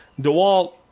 DeWalt